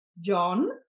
John